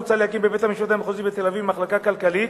מוצע להקים בבית-המשפט המחוזי בתל-אביב יפו מחלקה כלכלית.